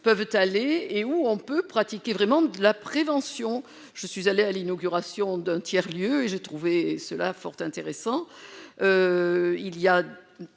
peuvent aller et où on peut pratiquer vraiment de la prévention, je suis allé à l'inauguration d'un tiers-lieux et j'ai trouvé cela fort intéressant, il y a